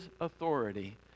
authority